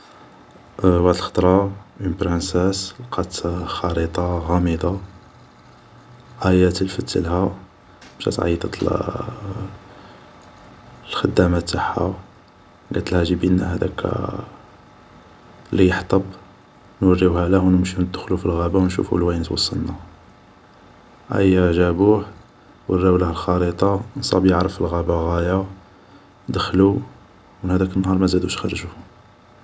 واحد الخطرا اون برانساس لقاء خريطة غامضة. ايا تلفتلها مشات عيطة للخدامة تاعها. قالتلها جبيلنا هداك اللي يحطب. نوريوهاله و نروحو ندخلو للغابة و نشوفو وين توصلنا. ايا جابوه ، وراوله الخريطة ، نصاب يعرف الغابة غاية ، دخلو ، و من هداك النهار مازادوش خرجو